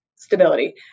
stability